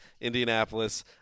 Indianapolis